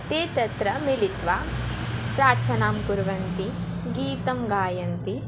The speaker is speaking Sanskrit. ते तत्र मिलित्वा प्रार्थनां कुर्वन्ति गीतं गायन्ति